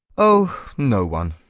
oh! no one.